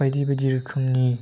बायदि बायदि रोखोमनि